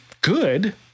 good